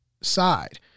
side